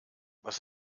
was